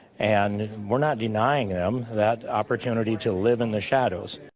and we're not denying them that opportunity to live in the shadows.